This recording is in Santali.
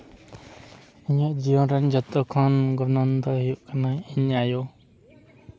ᱤᱧᱟᱹᱜ ᱡᱤᱭᱚᱱ ᱨᱮᱱ ᱡᱚᱛᱚᱠᱷᱚᱱ ᱜᱚᱱᱚᱝ ᱫᱚ ᱦᱩᱭᱩᱜ ᱠᱟᱱᱟᱭ ᱤᱧ ᱟᱭᱳ